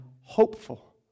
hopeful